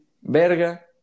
verga